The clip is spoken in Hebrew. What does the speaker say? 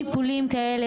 צריך טיפולים כאלה,